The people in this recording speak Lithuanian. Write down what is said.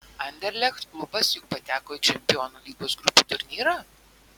anderlecht klubas juk pateko į čempionų lygos grupių turnyrą